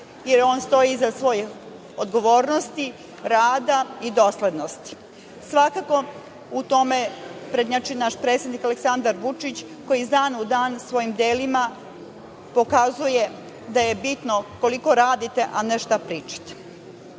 jer on stoji iza svoje odgovornosti, rada i doslednosti. Svakako, u tome prednjači naš predsednik Aleksandar Vučić, koji iz dana u dan svojim delima pokazuje koliko radite, a ne šta pričate. Skoro